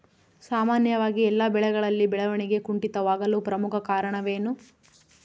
ಸಾಮಾನ್ಯವಾಗಿ ಎಲ್ಲ ಬೆಳೆಗಳಲ್ಲಿ ಬೆಳವಣಿಗೆ ಕುಂಠಿತವಾಗಲು ಪ್ರಮುಖ ಕಾರಣವೇನು?